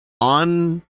on